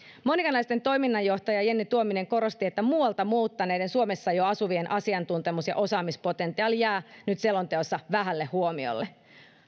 monika naisten toiminnanjohtaja jenni tuominen korosti että muualta muuttaneiden suomessa jo asuvien asiantuntemus ja osaamispotentiaali jää nyt selonteossa vähälle huomiolle